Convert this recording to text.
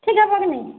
ଠିକ୍ ହେବ କି ନାଇ